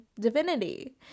divinity